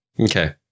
Okay